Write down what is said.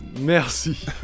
Merci